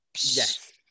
yes